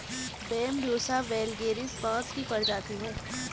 Bambusa vulgaris बाँस की प्रजाति है